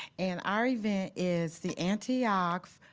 and our event is the antiochs,